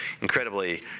incredibly